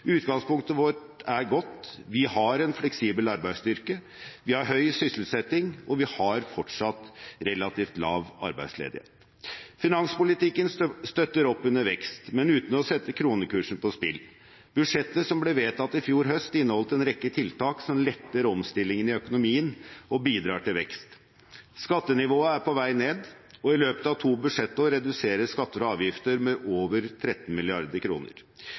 Utgangspunktet vårt er godt; vi har en fleksibel arbeidsstyrke, vi har høy sysselsetting, og vi har fortsatt relativt lav arbeidsledighet. Finanspolitikken støtter opp under vekst, men uten å sette kronekursen på spill. Budsjettet som ble vedtatt i fjor høst, inneholdt en rekke tiltak som letter omstillingene i økonomien og bidrar til vekst. Skattenivået er på vei ned, og i løpet av to budsjettår reduseres skatter og avgifter med over 13